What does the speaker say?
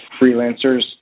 freelancers